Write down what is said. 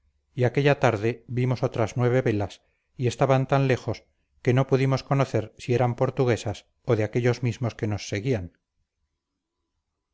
y aquella tarde vimos otras nueve velas y estaban tan lejos que no pudimos conocer si eran portuguesas o de aquellos mismos que nos seguían